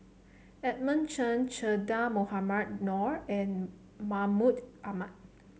Edmund Chen Che Dah Mohamed Noor and Mahmud Ahmad